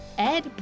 Ed